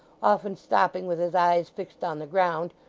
often stopping with his eyes fixed on the ground,